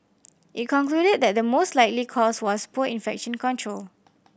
it concluded that the most likely cause was poor infection control